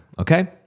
Okay